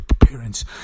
appearance